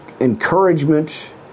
encouragement